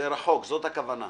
רחוק זאת הכוונה.